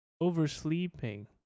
oversleeping